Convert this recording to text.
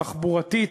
התחבורתית,